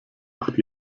acht